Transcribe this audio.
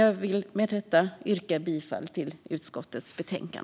Jag vill med detta yrka bifall till utskottets förslag.